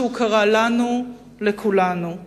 משהו קרה לנו, לכולנו.